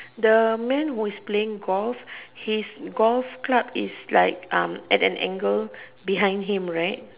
the men who is playing golf his golf club is like um at an angle behind him right